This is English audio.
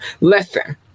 listen